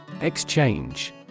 Exchange